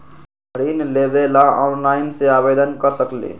ऋण लेवे ला ऑनलाइन से आवेदन कर सकली?